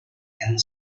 and